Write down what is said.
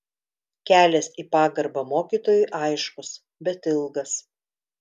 kelias į pagarbą mokytojui aiškus bet ilgas